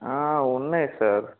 ఉన్నాయి సార్